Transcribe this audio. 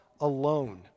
alone